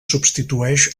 substitueix